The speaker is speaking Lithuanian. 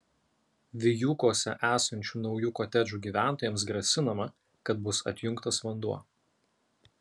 vijūkuose esančių naujų kotedžų gyventojams grasinama kad bus atjungtas vanduo